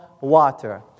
water